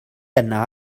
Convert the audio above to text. yna